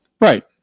Right